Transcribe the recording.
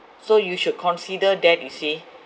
so you should consider that you see